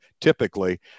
typically